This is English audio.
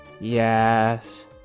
Yes